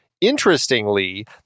interestingly